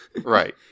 Right